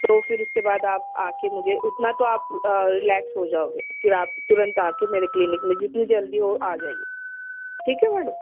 تو پھر اُس کے بعد آپ آ کے مجھے اتنا تو آپ ریلیکس ہو جاؤ گے پھر آپ ترنت آ کے میرے کلینک میں جتنی جلدی ہو آ جائیے ٹھیک ہے میڈم